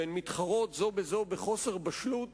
והן מתחרות זו בזו בחוסר בשלות